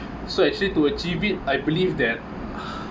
so actually to achieve it I believe that